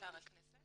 הכנסת